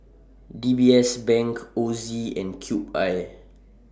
D B S Bank Ozi and Cube I